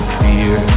fear